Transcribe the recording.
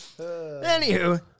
Anywho